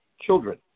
children